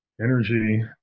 Energy